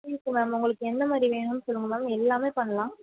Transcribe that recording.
உங்களுக்கு என்ன மாதிரி வேணும்ன்னு சொல்லுங்கள் மேம் எல்லாமே பண்ணலாம்